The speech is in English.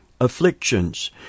afflictions